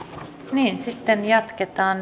sitten jatketaan